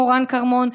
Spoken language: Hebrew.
מורן כרמון,